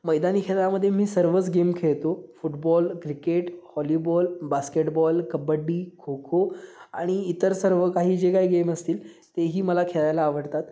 मैदानी खेळामध्ये मी सर्वच गेम खेळतो football cricket volleyball basketball kabaddi kho kho आणि इतर सर्व काही जे काही गेम असतील तेही मला खेळायला आवडतात